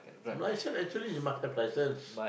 license actually you must have license